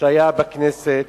שהתקיים באודיטוריום הכנסת,